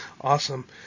awesome